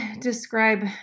describe